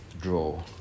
draw